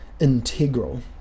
integral